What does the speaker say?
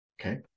Okay